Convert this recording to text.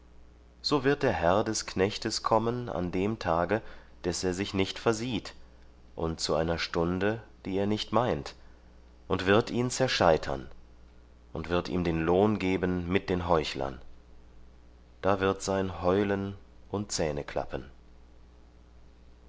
so wird der herr des knechtes kommen an dem tage des er sich nicht versieht und zu einer stunde die er nicht meint und wird ihn zerscheitern und wird ihm den lohn geben mit den heuchlern da wird sein heulen und